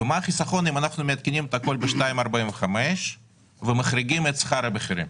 ומה החיסכון אם אנחנו מעדכנים את הכול ב-2.45% ומחריגים את שכר הבכירים?